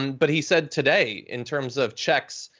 and but he said today in terms of checks,